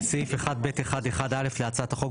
בסעיף 1(ב1)(1)(א) להצעת החוק,